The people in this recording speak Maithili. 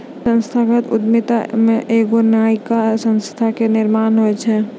संस्थागत उद्यमिता मे एगो नयका संस्था के निर्माण होय छै